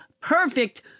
perfect